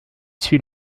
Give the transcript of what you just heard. suit